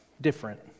different